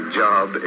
job